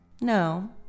No